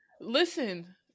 listen